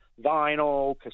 vinyl